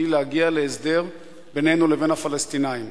שהיא להגיע להסדר בינינו לבין הפלסטינים.